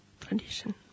tradition